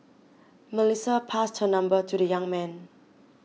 Melissa passed her number to the young man